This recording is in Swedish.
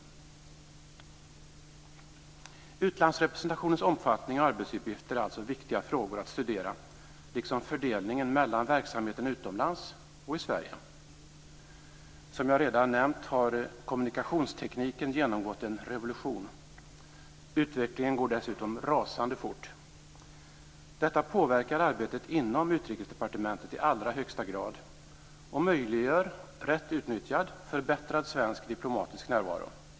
Utlandsrepresentationens omfattning och arbetsuppgifter är alltså viktiga frågor att studera liksom fördelningen mellan verksamheten utomlands och i Sverige. Som jag redan nämnt har kommunikationstekniken genomgått en revolution. Utvecklingen går dessutom rasande fort. Detta påverkar arbetet inom Utrikesdepartementet i allra högsta grad och möjliggör, rätt utnyttjad, en förbättrad svensk diplomatisk närvaro.